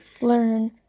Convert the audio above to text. Learn